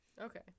Okay